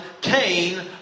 Cain